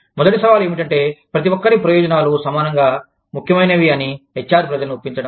మొదటి సవాలు ఏమిటంటే ప్రతి ఒక్కరి ప్రయోజనాలు సమానంగా ముఖ్యమైనవి అని హెచ్ ఆర్ ప్రజలను ఒప్పించడం